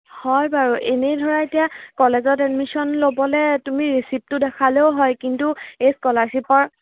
হয় বাৰু এনেই ধৰা এতিয়া কলেজত এডমিশ্যন ল'বলৈ তুমি ৰিচিপ্টটো দেখালেও হয় কিন্তু এই স্কলাৰশ্বিপৰ